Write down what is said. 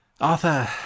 Arthur